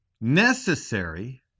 Necessary